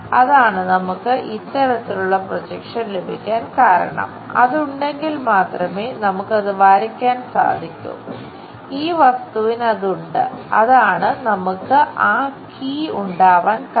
അതാണ് നമുക്ക് ഇത്തരത്തിലുള്ള പ്രൊജക്ഷൻ ഉണ്ടാവാൻ കാരണം